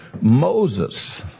Moses